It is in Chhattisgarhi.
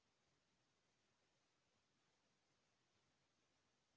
संसोधित गेहूं बीज एक एकड़ म कतेकन लगथे?